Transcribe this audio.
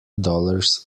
dollars